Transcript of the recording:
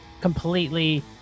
completely